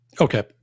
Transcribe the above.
Okay